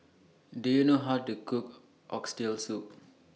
Do YOU know How to Cook Oxtail Soup